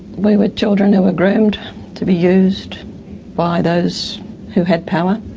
we were children who were groomed to be used by those who had power.